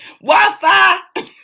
Wi-Fi